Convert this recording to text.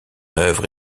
œuvre